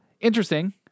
Interesting